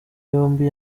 yombi